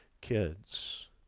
kids